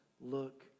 look